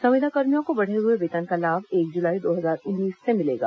संविदाकर्मियों को बढ़े हुए वेतन का लाभ एक जुलाई दो हजार उन्नीस से मिलेगा